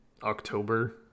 October